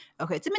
Okay